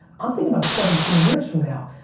i'm thinking about seventeen years from now.